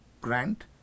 grant